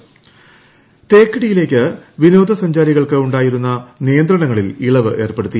Idukki intro തേക്കടിയിലേയ്ക്ക് വിനോദ സഞ്ചാരികൾക്ക് ഉണ്ടായിരുന്ന നിയന്ത്രണങ്ങളിൽ ഇളവ് ഏർപ്പെടുത്തി